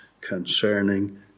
concerning